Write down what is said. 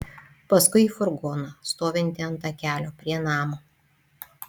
paskui į furgoną stovintį ant takelio prie namo